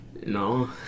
No